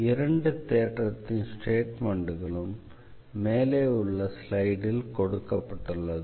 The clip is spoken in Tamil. இரண்டு தேற்றத்தின் ஸ்டேட்மெண்ட்களும் மேலே உள்ள ஸ்லைடில் கொடுக்கப்பட்டுள்ளது